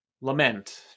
Lament